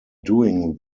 doing